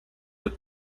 the